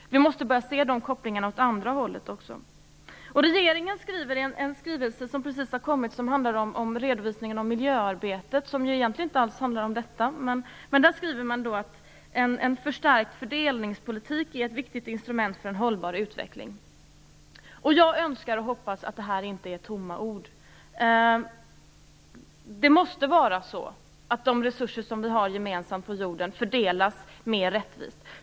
Vi måste börja se kopplingarna åt andra hållet också. Det har precis kommit en skrivelse med en redovisning av miljöarbetet, som ju egentligen inte alls handlar om detta. Där skriver regeringen att en förstärkt fördelningspolitik är ett viktigt instrument för en hållbar utveckling. Jag önskar och hoppas att det här inte är tomma ord. Det måste vara så att de resurser som vi har gemensamt på jorden fördelas mer rättvist.